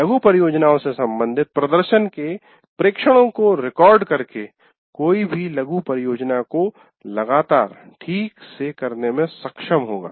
लघु परियोजनाओं से सम्बंधित प्रदर्शन के प्रेक्षणों को रिकॉर्ड करके कोई भी लघु परियोजना को लगातार ठीक से करने में सक्षम होगा